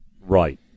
right